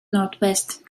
northwest